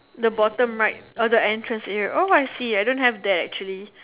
the bottom right uh the entrance here oh I see I don't have that actually